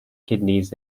kidneys